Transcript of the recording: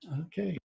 Okay